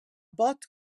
bod